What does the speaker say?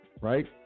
Right